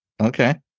Okay